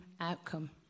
outcome